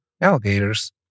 alligators